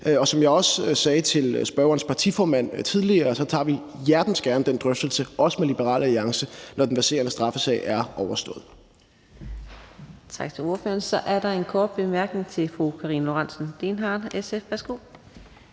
Og som jeg også sagde til spørgerens partiformand tidligere, tager vi hjertens gerne den drøftelse, også med Liberal Alliance, når den verserende straffesag er overstået. Kl. 18:46 Fjerde næstformand (Karina Adsbøl): Tak til ordføreren. Så er der en kort bemærkning til fru Karina Lorentzen